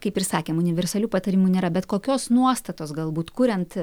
kaip ir sakėm universalių patarimų nėra bet kokios nuostatos galbūt kuriant